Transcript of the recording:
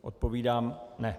Odpovídám ne.